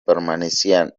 permanecían